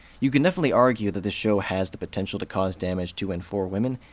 you can definitely argue that the show has the potential to cause damage to and for women,